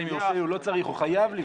הוא לא צריך, הוא חייב לבחון.